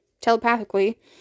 telepathically